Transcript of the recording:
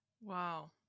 Wow